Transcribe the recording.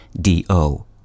D-O